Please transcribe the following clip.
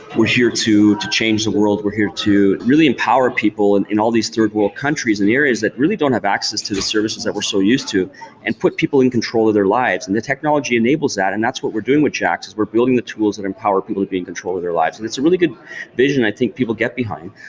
we're here to to change the world, we're here to really empower people in in all these third-world countries and areas that really don't have access to the services that we're so used to and put people in control of their lives the technology enables that and that's what we're doing with jaxx is we're building the tools and empower people to be in control of their lives. it's a really good vision i think people get behind.